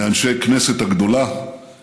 מאנשי כנסת הגדולה